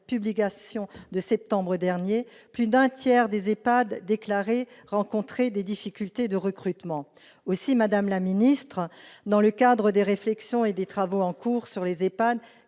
publication de septembre dernier, plus d'un tiers des EHPAD déclaraient rencontrer des difficultés de recrutement. Aussi, madame la ministre, dans le cadre des réflexions et travaux en cours sur les EHPAD,